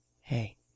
Hey